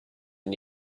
and